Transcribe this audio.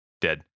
Dead